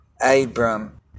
Abram